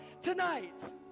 tonight